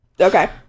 okay